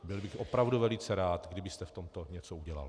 Byl bych opravdu velice rád, kdybyste v tomto něco udělal.